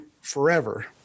forever